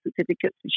certificates